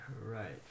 Right